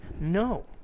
No